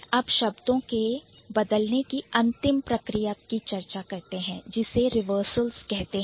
अब शब्दों को बदलने की अंतिम प्रक्रिया की चर्चा करते हैं जिसे Reversals रिवर्सल कहते हैं